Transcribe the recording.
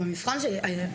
במבחן שהיה לי,